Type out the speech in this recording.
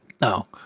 No